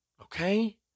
Okay